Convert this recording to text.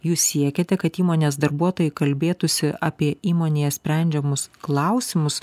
jūs siekiate kad įmonės darbuotojai kalbėtųsi apie įmonėje sprendžiamus klausimus